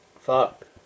fuck